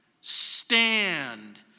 Stand